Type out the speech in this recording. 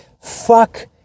fuck